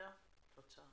חברת הכנסת עאידה.